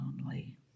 lonely